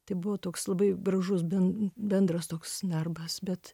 tai buvo toks labai gražus ben bendras toks darbas bet